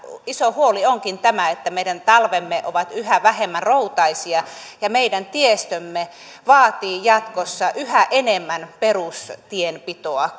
iso huoli onkin että meidän talvemme ovat yhä vähemmän routaisia ja meidän tiestömme vaatii jatkossa yhä enemmän perustienpitoa